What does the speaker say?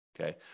okay